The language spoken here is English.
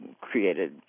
created